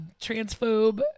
transphobe